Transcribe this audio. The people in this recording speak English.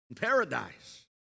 paradise